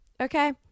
Okay